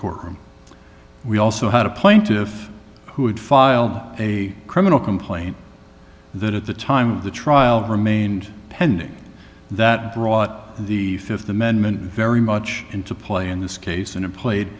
courtroom we also had a plaintiff who had filed a criminal complaint that at the time of the trial remained pending that brought the th amendment very much into play in this case in a played